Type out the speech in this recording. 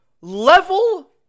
level